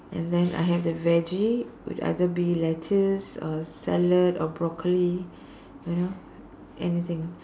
and than I have the veggie which either be lettuce or salad or broccoli you know anything